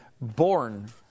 born